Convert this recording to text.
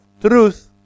truth